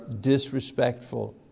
disrespectful